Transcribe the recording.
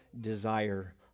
desire